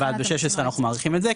ואז ב-16 אנחנו מאריכים את זה,